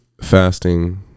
fasting